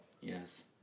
Yes